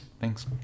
thanks